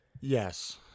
Yes